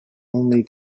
only